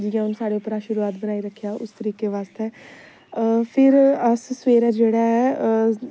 जियां हून साढ़े उप्पर आशीर्बाद बनाई रक्खेआ उस तरीके बास्तै फिर अस सवेरे जेह्ड़ा ऐ